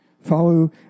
Follow